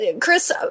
Chris